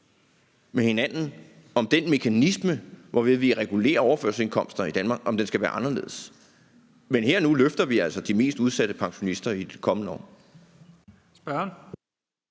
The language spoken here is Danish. med hinanden, om den mekanisme, hvorved vi regulerer overførselsindkomster i Danmark, skal være anderledes, men her og nu løfter vi altså de mest udsatte pensionister i de kommende år.